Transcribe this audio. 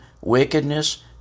wickedness